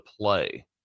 play